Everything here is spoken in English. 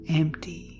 empty